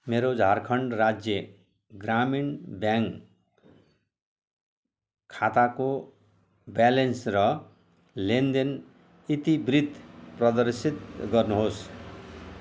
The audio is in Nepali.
मेरो झारखण्ड राज्य ग्रामीण ब्याङ्क खाताको ब्यालेन्स र लेनदेन इतिवृत्त प्रदर्शित गर्नुहोस्